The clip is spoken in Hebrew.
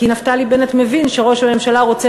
כי נפתלי בנט מבין שראש הממשלה רוצה